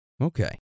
Okay